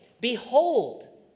Behold